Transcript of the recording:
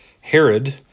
Herod